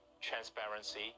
transparency